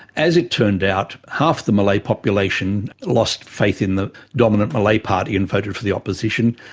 as it turned out, half the malay population lost faith in the dominant malay party and voted for the opposition.